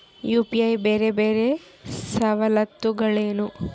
UPI ಬೇರೆ ಬೇರೆ ಸವಲತ್ತುಗಳೇನು?